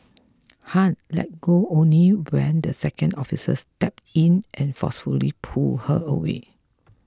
Han let go only when the second officer stepped in and forcefully pulled her away